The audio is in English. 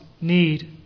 need